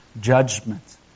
judgment